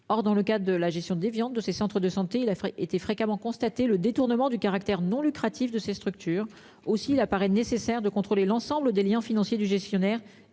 Or dans le cas de la gestion des viandes de ces centres de santé, il a été fréquemment constaté le détournement du caractère non lucratif de ces structures aussi il apparaît nécessaire de contrôler l'ensemble des Liens financiers du gestionnaire,